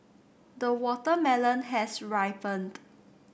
the watermelon has ripened